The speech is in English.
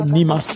Nima